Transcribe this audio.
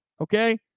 Okay